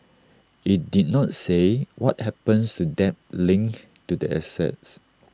IT did not say what happens to debt linked to the assets